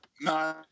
no